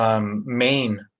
Main